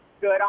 good